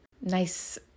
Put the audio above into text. nice